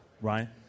Ryan